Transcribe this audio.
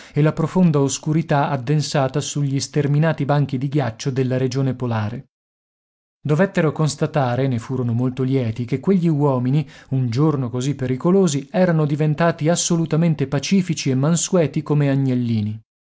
e la profonda oscurità addensata sugli sterminati banchi di ghiaccio della regione polare dovettero constatare e ne furono molto lieti che quegli uomini un giorno così pericolosi erano diventati assolutamente pacifici e mansueti come agnellini